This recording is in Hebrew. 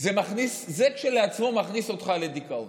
זה כשלעצמו מכניס אותך לדיכאון.